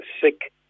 sick